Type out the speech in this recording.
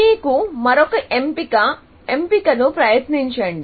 మీకు మరొక ఎంపిక ఎంపికను ప్రయత్నించండి